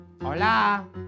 Hola